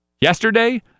Yesterday